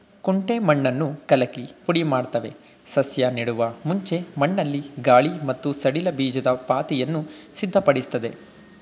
ಕುಂಟೆ ಮಣ್ಣನ್ನು ಕಲಕಿ ಪುಡಿಮಾಡ್ತವೆ ಸಸ್ಯ ನೆಡುವ ಮುಂಚೆ ಮಣ್ಣಲ್ಲಿ ಗಾಳಿ ಮತ್ತು ಸಡಿಲ ಬೀಜದ ಪಾತಿಯನ್ನು ಸಿದ್ಧಪಡಿಸ್ತದೆ